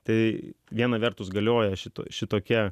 tai viena vertus galioja šito šitokia